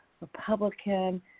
Republican